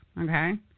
okay